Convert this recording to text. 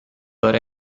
but